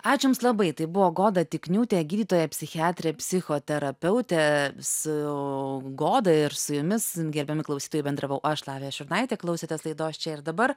ačiū jums labai tai buvo goda tikniūtė gydytoja psichiatrė psichoterapeutė su goda ir su jumis gerbiami klausytojai bendravau aš lavija šurnaitė klausėtės laidos čia ir dabar